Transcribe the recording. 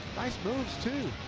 nice moves too.